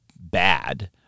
bad